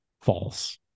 false